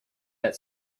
that